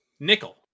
nickel